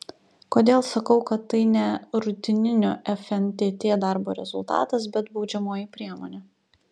kodėl sakau kad tai ne rutininio fntt darbo rezultatas bet baudžiamoji priemonė